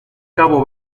cabo